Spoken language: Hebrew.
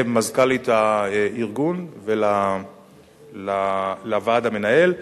למזכ"לית הארגון ולוועד המנהל,